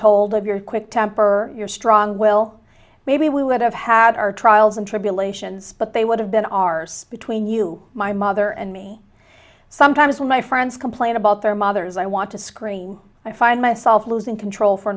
told of your quick temper or your strong will maybe we would have had our trials and tribulations but they would have been ours between you my mother and me sometimes when my friends complain about their mothers i want to scream i find myself losing control for